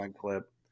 clip